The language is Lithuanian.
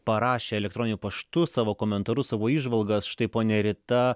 parašė elektroniniu paštu savo komentarus savo įžvalgas štai ponia rita